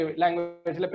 language